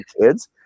kids